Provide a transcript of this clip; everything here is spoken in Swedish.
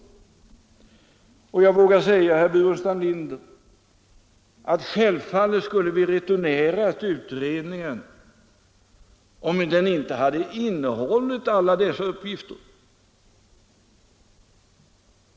Självfallet, herr Burenstam Linder, skulle vi ha returnerat utredningen om den inte hade innehållit alla dessa uppgifter.